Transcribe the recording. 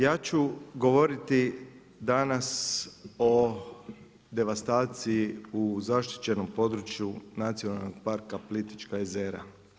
Ja ću govoriti danas o devastaciji u zaštićenom području Nacionalnog parka Plitvička jezera.